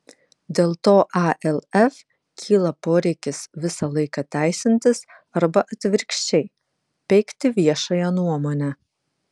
dėl to alf kyla poreikis visą laiką teisintis arba atvirkščiai peikti viešąją nuomonę